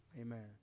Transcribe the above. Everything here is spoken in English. Amen